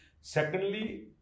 Secondly